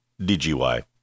DGY